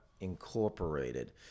incorporated